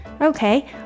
Okay